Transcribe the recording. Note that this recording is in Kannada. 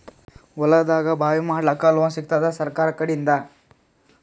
ಹೊಲದಾಗಬಾವಿ ಮಾಡಲಾಕ ಲೋನ್ ಸಿಗತ್ತಾದ ಸರ್ಕಾರಕಡಿಂದ?